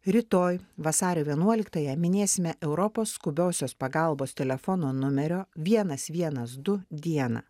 rytoj vasario vienuoliktąją minėsime europos skubiosios pagalbos telefono numerio vienas vienas du dieną